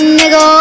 nigga